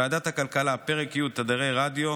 ועדת הכלכלה: פרק י' תדרי רדיו,